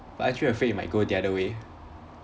but aren't you afraid it might go the other way